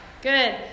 Good